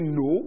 no